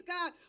God